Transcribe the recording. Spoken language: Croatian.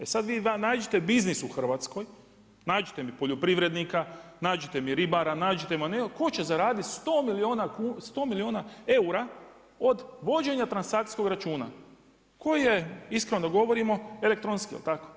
E sada vi nađite biznis u Hrvatskoj, nađite mi poljoprivrednika, nađite mi ribara, nađite nekog tko će zaraditi 100 milijuna eura od vođenja transakcijskog računa koje iskreno da govorimo elektronski je li tako?